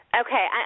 Okay